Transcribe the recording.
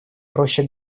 проще